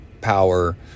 power